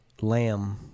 Lamb